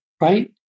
right